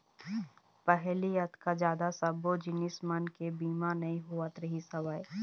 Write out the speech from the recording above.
पहिली अतका जादा सब्बो जिनिस मन के बीमा नइ होवत रिहिस हवय